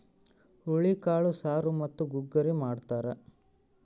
ಹುರುಳಿಕಾಳು ಸಾರು ಮತ್ತು ಗುಗ್ಗರಿ ಮಾಡ್ತಾರ